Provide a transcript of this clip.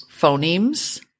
phonemes